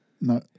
no